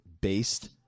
based